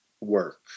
work